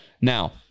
Now